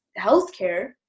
healthcare